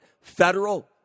federal